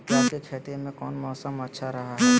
प्याज के खेती में कौन मौसम अच्छा रहा हय?